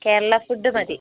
Kerala food മതി